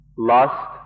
lust